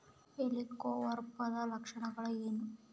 ಹೆಲಿಕೋವರ್ಪದ ಲಕ್ಷಣಗಳೇನು?